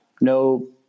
no